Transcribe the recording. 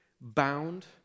bound